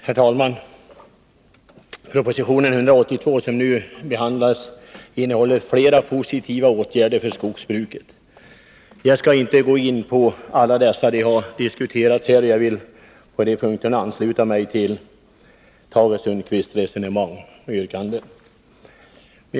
Herr talman! Proposition 182 som nu behandlas innehåller flera förslag till åtgärder för skogsbruket. Jag skall inte gå in på alla dessa åtgärder. De har redan diskuterats här. Jag ansluter mig till Tage Sundkvists resonemang och yrkanden.